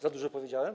Za dużo powiedziałem?